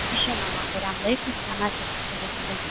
žinoma kuriam laikui sceną teks palikti